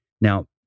Now